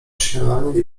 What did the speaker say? śniadanie